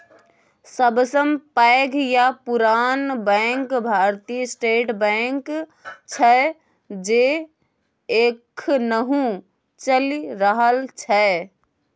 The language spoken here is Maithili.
सबसँ पैघ आ पुरान बैंक भारतीय स्टेट बैंक छै जे एखनहुँ चलि रहल छै